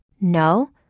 No